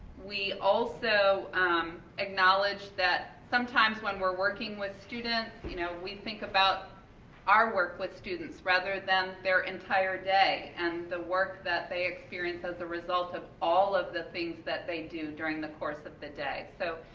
we also acknowledge that sometimes when we're working with students, you know with think about our work with students, rather than they're entire day, and the work that they experience as a result of all of the things that they do during the course of the day. so,